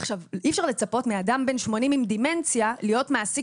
אי אפשר לצפות מאדם בן 80 עם דמנציה להיות מעסיק